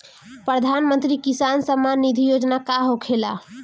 प्रधानमंत्री किसान सम्मान निधि योजना का होखेला?